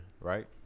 right